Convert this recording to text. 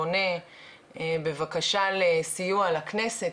פונה בבקשה לסיוע לכנסת,